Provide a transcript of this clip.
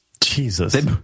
Jesus